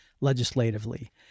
legislatively